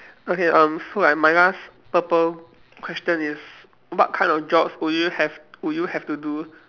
okay um so like my last purple question is what kind of jobs would you have would you have to do